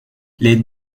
les